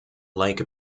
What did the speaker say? lake